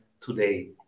today